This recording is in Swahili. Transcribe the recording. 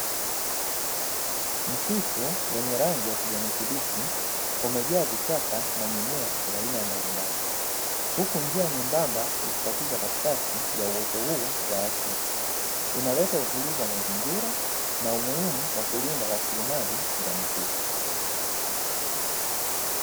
Msitu wenye rangi ya kijani kibichi umejaa vichaka na mimea ya aina mbalimbali, huku njia nyembamba ikikatiza katikati ya uoto huu wa asili, inaleta utulivu wa mazingira, na umuhima wa kulinda rasilimali za misitu.